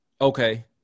Okay